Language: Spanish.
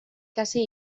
casi